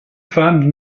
femmes